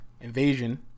invasion